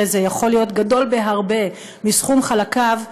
זה יכול להיות גדול בהרבה מסכום חלקיו,